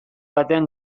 batean